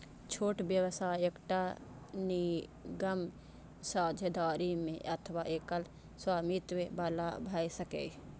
छोट व्यवसाय एकटा निगम, साझेदारी मे अथवा एकल स्वामित्व बला भए सकैए